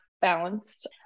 balanced